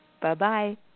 Bye-bye